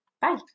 Bye